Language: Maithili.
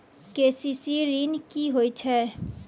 के.सी.सी ॠन की होय छै?